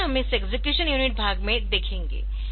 आगे हम इस एक्सेक्युशन यूनिट भाग में देखेंगे